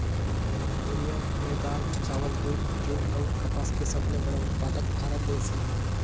दुनिया में दाल, चावल, दूध, जूट अऊ कपास के सबले बड़ा उत्पादक भारत देश हे